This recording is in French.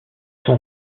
sont